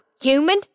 human